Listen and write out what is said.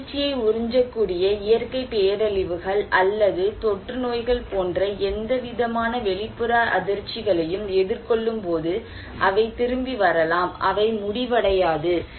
இந்த அதிர்ச்சியை உறிஞ்சக்கூடிய இயற்கை பேரழிவுகள் அல்லது தொற்றுநோய்கள் போன்ற எந்தவிதமான வெளிப்புற அதிர்ச்சிகளையும் எதிர்கொள்ளும் போது அவை திரும்பி வரலாம் அவை முடிவடையாது